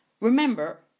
remember